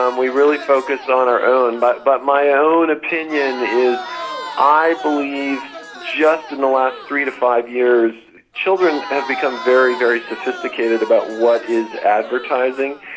um we really focus on our own. but but my own opinion is i believe just and the last three to five years children have become very, very sophisticated about what is advertising.